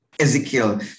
Ezekiel